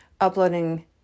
uploading